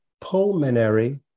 pulmonary